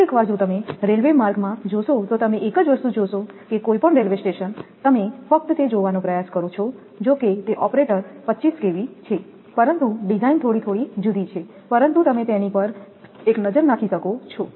કેટલીકવાર જો તમે રેલ્વે માર્ગમાં જોશો તો તમે એક જ વસ્તુ જોશો કે કોઈ પણ રેલ્વે સ્ટેશન તમે ફક્ત તે જોવાનો પ્રયાસ કરો છો જોકે તે ઓપરેટર 25 kV છે પરંતુ ડિઝાઇન થોડી જુદી છે પરંતુ તમે તેની પર એક નજર નાખી શકો છો